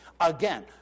Again